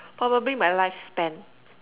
probably my lifespan